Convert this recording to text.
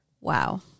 Wow